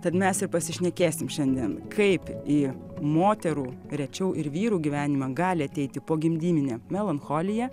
tad mes ir pasišnekėsim šiandien kaip į moterų rečiau ir vyrų gyvenimą gali ateiti pogimdyminė melancholija